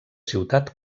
ciutat